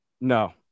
No